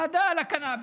ועדה על הקנביס.